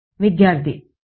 విద్యార్థి అవును